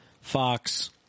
Fox